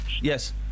Yes